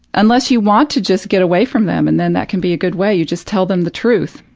unless you want to just get away from them, and then that can be a good way, you just tell them the truth,